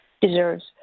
deserves